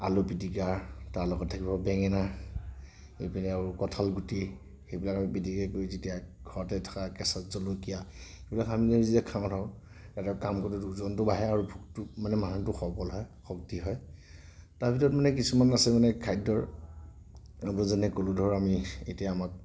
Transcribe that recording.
আলু পিটিকা তাৰ লগত থাকিব বেঙেনা এইপিনে আৰু কঠালগুটি সেইবিলাক আমি পিটিকা কৰি যেতিয়া ঘৰতে থকা কেঁচা জলকীয়া সেইবিলাক সানি পেলাই যেতিয়া খাব ধৰোঁ তেতিয়া কাম কৰিলে ওজনটো বাঢ়ে আৰু ভোকটো মানে মানুহটো সবল হয় শক্তি হয় তাৰ ভিতৰত মানে কিছুমান আছে মানে খাদ্যৰ আকৌ যেনে ক'লোঁ ধৰ আমি এতিয়া আমাক